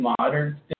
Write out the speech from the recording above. modern